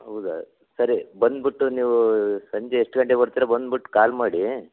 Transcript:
ಹೌದಾ ಸರಿ ಬಂದ್ಬಿಟ್ಟು ನೀವು ಸಂಜೆ ಎಷ್ಟು ಗಂಟೆಗೆ ಬರ್ತಿರಾ ಬನ್ಬುಟ್ಟು ಕಾಲ್ ಮಾಡಿ